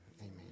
amen